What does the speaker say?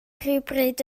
rhywbryd